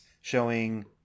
showing